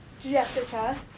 Jessica